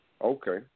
Okay